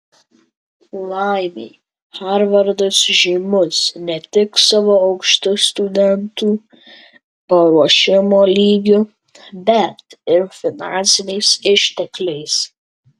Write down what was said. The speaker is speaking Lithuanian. laimei harvardas žymus ne tik savo aukštu studentų paruošimo lygiu bet ir finansiniais ištekliais